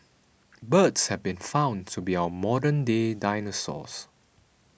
birds have been found to be our modern day dinosaurs